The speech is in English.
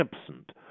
absent